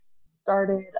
Started